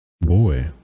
boy